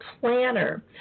Planner